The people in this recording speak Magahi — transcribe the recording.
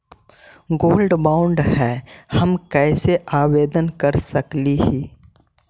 गोल्ड बॉन्ड का है, हम कैसे आवेदन कर सकली ही?